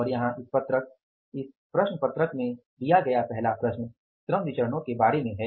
और यहाँ इस पत्रक इस प्रश्न पत्रक में दिया गया पहला प्रश्न श्रम विचरणो के बारे में है